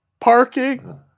parking